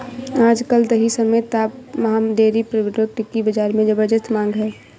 आज कल दही समेत तमाम डेरी प्रोडक्ट की बाजार में ज़बरदस्त मांग है